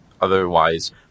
otherwise